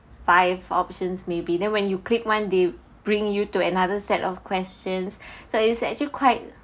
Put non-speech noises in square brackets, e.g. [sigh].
five options maybe then when you click one they bring you to another set of questions [breath] so it's actually quite